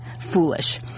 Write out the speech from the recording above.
foolish